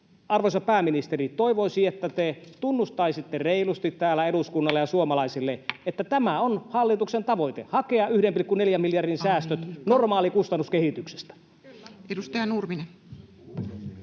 Arvoisa pääministeri, toivoisi, että te tunnustaisitte reilusti täällä eduskunnalle ja suomalaisille, että tämä on hallituksen tavoite: hakea 1,4 miljardin säästöt [Puhemies: Aika!] normaalista kustannuskehityksestä. Edustaja Nurminen.